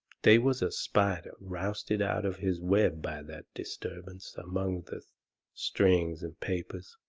they was a spider rousted out of his web by that disturbance among the strings and papers.